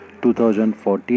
2014